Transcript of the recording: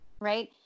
right